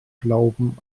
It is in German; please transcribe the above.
glauben